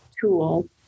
tool